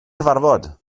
cyfarfod